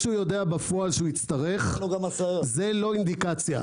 שהוא יודע שהוא יצטרך זה לא אינדיקציה.